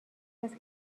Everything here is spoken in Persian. است